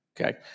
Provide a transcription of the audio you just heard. Okay